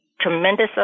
tremendous